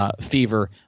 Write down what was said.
fever